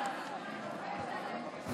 אוריאל בוסו,